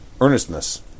earnestness